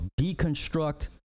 deconstruct